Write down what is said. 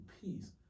peace